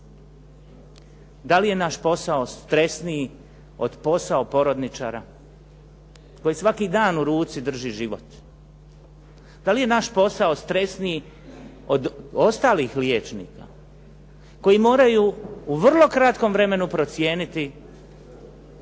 Da li je naš posao stresniji od posla porodničara koji svaki dan u ruci drži život? Da li je naš posao stresniji od ostalih liječnika koji moraju u vrlo kratkom vremenu procijeniti,